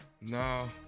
No